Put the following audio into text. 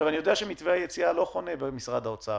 אני יודע שמתווה היציאה לא חונה במשרד האוצר,